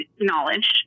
knowledge